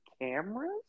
cameras